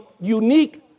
unique